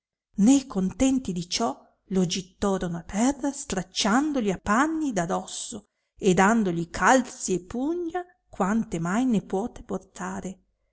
né contenti di ciò lo gittorono a terra stracciandogli e panni da dosso e dandogli calzi e pugna quante mai ne puote portare